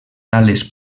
ales